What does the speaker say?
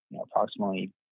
approximately